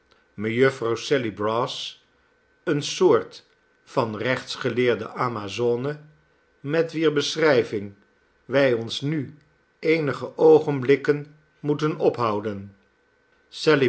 mejuffer sally brass eene soort van rechtsgeleerde amazone met wier beschrijving wij ons nu eenige oogenblikken moeten ophouden